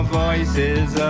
voices